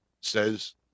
says